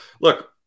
Look